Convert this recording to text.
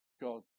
God